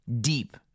deep